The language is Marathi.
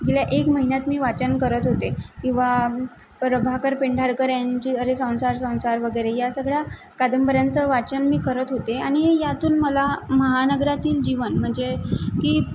गेल्या एक महिन्यात मी वाचन करत होते किंवा प्रभाकर पेंढारकर यांच्या अरे संसार संसार वगैरे या सगळ्या कादंबऱ्यांचं वाचन मी करत होते आणि यातून मला महानगरातील जीवन म्हणजे की